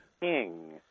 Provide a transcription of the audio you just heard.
King